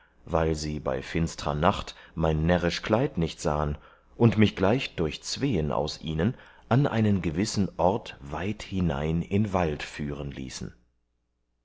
weil sie bei finstrer nacht mein närrisch kleid nicht sahen und mich gleich durch zween aus ihnen an einen gewissen ort weit hinein in wald führen lassen